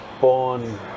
born